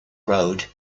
rode